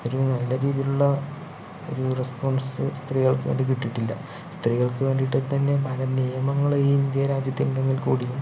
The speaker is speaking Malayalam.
ഒരു നല്ല രീതിലുള്ള ഒരു റെസ്പോൺസ് സ്ത്രീകൾക്ക് വേണ്ടി കിട്ടിട്ടില്ല സ്ത്രീകൾക്ക് വേണ്ടിത്തന്നെ പല നിയമങ്ങളും ഈ ഇന്ത്യ രാജ്യത്തുണ്ടെങ്കിൽക്കൂടിയും